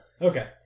Okay